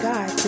God